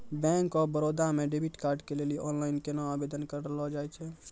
Bank of Baroda मे debit card के लेली आनलाइन केना आवेदन करलो जाय छै?